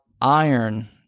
iron